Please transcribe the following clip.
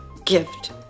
gift